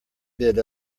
bid